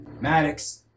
Maddox